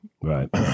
Right